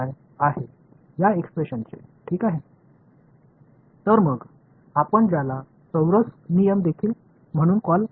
இது ஒரு குவாடுரேசா் விதி ஏனென்றால் அது ஒருங்கிணைந்த ஒரு தோராயத்தை எனக்குத் தருகிறது